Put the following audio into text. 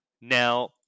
Now